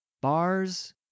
Bars